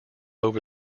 over